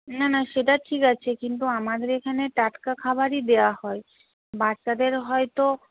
না না সেটা ঠিক আছে কিন্তু আমাদের এখানে টাটকা খাবারই দেওয়া হয় বাচ্চাদের হয়তো